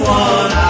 one